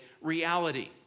reality